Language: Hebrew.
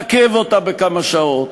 לעכב אותה בכמה שעות,